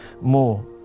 more